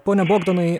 pone bogdanai